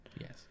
Yes